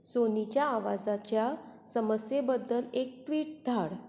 सोनीच्या आवाजाच्या समस्ये बद्दल एक ट्वीट धाड